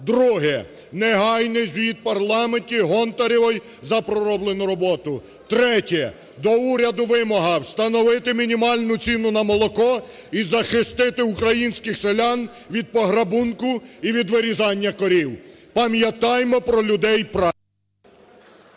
Друге. Негайний звіт в парламенті Гонтаревої за пророблену роботу. Третє. До уряду вимога. Встановити мінімальну ціну на молоку і захистити українських селян від пограбунку і від вирізання корів. Пам'ятаймо про людей праці.